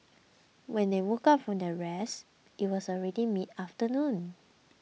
when they woke up from their rest it was already midafternoon